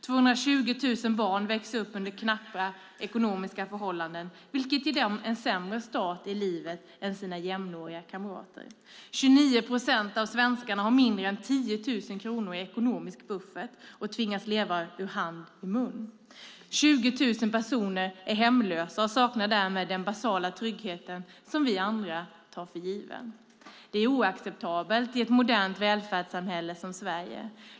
220 000 barn växer upp under knappa ekonomiska förhållanden, vilket ger dem en sämre start i livet än sina jämnåriga kamrater. 29 procent av svenskarna har mindre än 10 000 kronor i ekonomisk buffert och tvingas leva ur hand i mun. 20 000 personer är hemlösa och saknar därmed den basala trygghet som vi andra tar för given. Det är oacceptabelt i ett modernt välfärdssamhälle som Sverige.